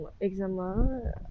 examen